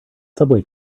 subway